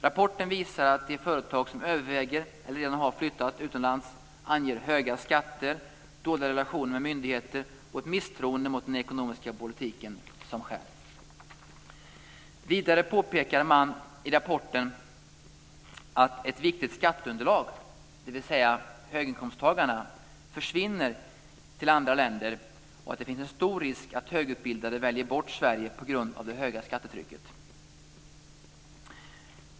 Rapporten visar att de företag som överväger att flytta eller redan har flyttat utomlands anger höga skatter, dåliga relationer med myndigheter och ett misstroende mot den ekonomiska politiken som skäl. Vidare påpekar man i rapporten att ett viktigt skatteunderlag, dvs. höginkomsttagarna, försvinner till andra länder och att det finns en stor risk att högutbildade väljer bort Sverige på grund av det höga skattetrycket.